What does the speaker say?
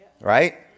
right